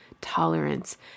tolerance